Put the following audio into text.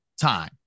time